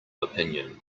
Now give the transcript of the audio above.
opinion